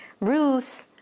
Ruth